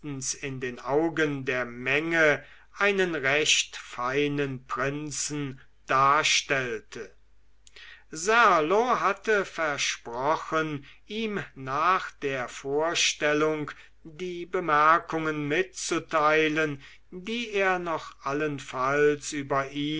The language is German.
in den augen der menge einen recht feinen prinzen darstellte serlo hatte versprochen ihm nach der vorstellung die bemerkungen mitzuteilen die er noch allenfalls über